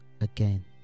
again